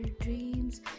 dreams